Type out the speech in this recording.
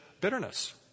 bitterness